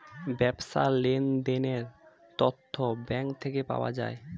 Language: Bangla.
ব্যবসার লেনদেনের তথ্য ব্যাঙ্ক থেকে পাওয়া যায়